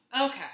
Okay